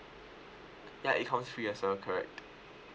ya it comes free as well correct